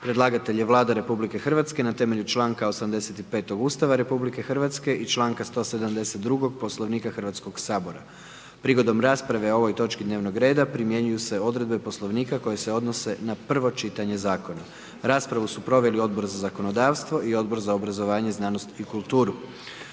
Predlagatelj je Vlada Republike Hrvatske na temelju članka 85. Ustava RH i članka 172. Poslovnika Hrvatskog sabora. Prigodom rasprave o ovoj točci dnevnog reda primjenjuju se odredbe Poslovnika koji se odnosi na prvo čitanje zakona. Raspravu su proveli Odbor za zakonodavstvo i Odbor za gospodarstvo.